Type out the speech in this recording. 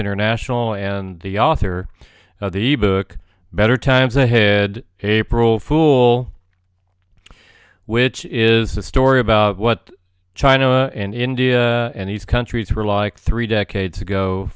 international and the author of the book better times ahead april fool which is a story about what china and india and these countries were like three decades ago